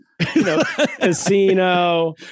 Casino